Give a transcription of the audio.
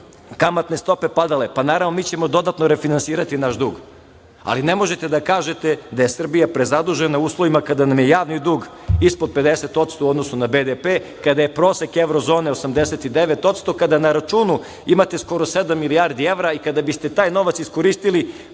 budu kamatne stope padale, pa naravno mi ćemo dodatno refinansirati naš dug. Ne možete da kažete da je Srbija prezadužena u uslovima kada nam je javni dug ispod 50% u odnosu na BDP, kada je prosek evro zone 89%, kada na računu imate skoro sedam milijardi evra. Kada biste taj novac iskoristili,